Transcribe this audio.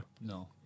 No